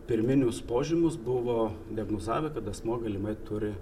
pirminius požymius buvo diagnozavę kad asmuo galimai turi